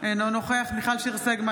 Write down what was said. אינו נוכח מיכל שיר סגמן,